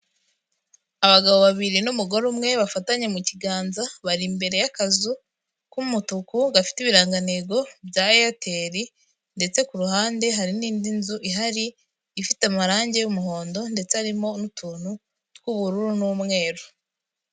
Abagabo babiri n'umugore umwe bafatanye mu kiganza, bari imbere y'akazu k'umutuku, gafite ibirangantego bya Eyateli, ndetse ku ruhande hari n'indi nzu ihari ifite amarangi y'umuhondo ndetse arimo n'utuntu tw'ubururu n'umweru.